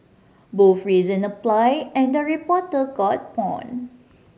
both reason apply and the reporter got pawned